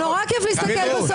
אני לא משנה את הכלל בנוגע לנשיא.